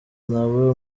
nawe